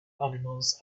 animals